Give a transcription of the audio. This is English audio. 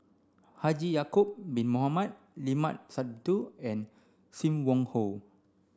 Haji Ya'acob bin Mohamed Limat Sabtu and Sim Wong Hoo